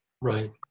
Right